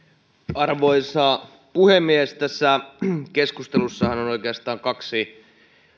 arvoisa puhemies tässä keskustelussahan on oikeastaan kaksi